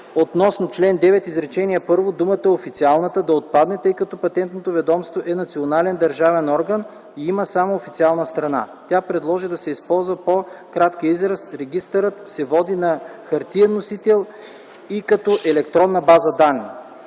относно чл. 9, изречение първо, думата „официалната” да отпадне, тъй като Патентното ведомство е национален държавен орган и има само официална страница. Тя предложи да се използва по-коректният израз „Регистърът се води на хартиен носител и като електронна база данни”.